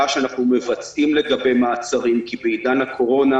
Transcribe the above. שאנחנו מבצעים לגבי מעצרים כי בעידן הקורונה